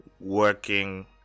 working